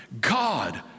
God